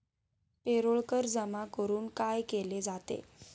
Payroll कर जमा करून काय केले जाते?